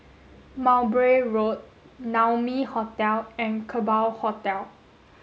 Mowbray Road Naumi Hotel and Kerbau Hotel